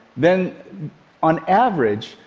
then on average,